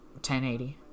1080